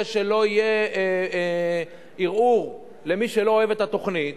שלא יהיה ערעור למי שלא אוהב את התוכנית,